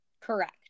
Correct